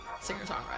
singer-songwriter